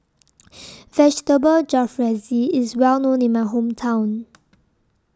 Vegetable Jalfrezi IS Well known in My Hometown